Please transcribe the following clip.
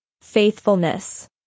faithfulness